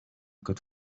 could